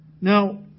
Now